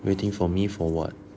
waiting for me for what